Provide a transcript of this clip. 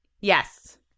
yes